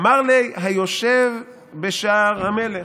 "אמר ליה היושב בשער המלך",